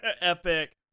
Epic